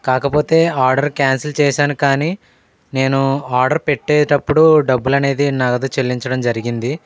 కాకపోతే order cancel చేశాను కానీ నేను ఆర్డర్ పెట్టేటప్పుడు డబ్బులు అనేది నగదు చెల్లించడం జరిగింది